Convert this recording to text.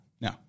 No